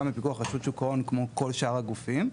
גם לפיקוח רשות שוק ההון כמו כל שאר הגופים,